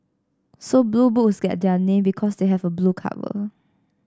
so Blue Books get their name because they have a blue cover